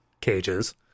cages